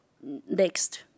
Next